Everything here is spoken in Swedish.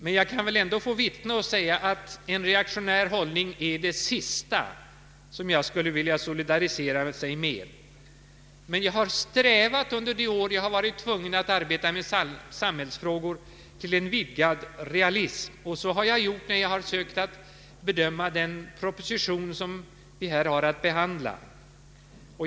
Men jag kan väl ändå få vittna och säga, att en reaktionär hållning är det sista jag skulle vilja solidarisera mig med. Under de år som jag varit tvungen att arbeta med samhällsfrågor har jag strävat efter en vidgad realism. Så har jag gjort också när jag har försökt att bedöma den proposition som vi här har att behandla.